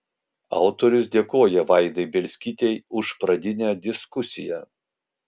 autorius dėkoja vaidai bielskytei už pradinę diskusiją